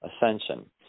ascension